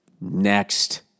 Next